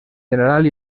general